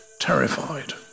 terrified